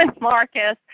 Marcus